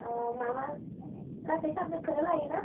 अ मा मा गासै साबजेक्टखौनो लायोना